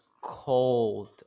cold